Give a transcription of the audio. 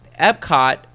Epcot